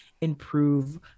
improve